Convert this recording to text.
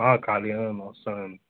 ఖాళీగా ఉన్నాను వస్తా నేను